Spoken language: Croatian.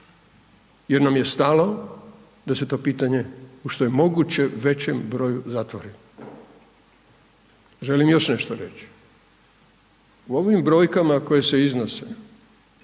jer nam je stalo da se to pitanje u što je moguće većem broju zatvori. Želim još nešto reći, u ovim brojkama koje se iznosi,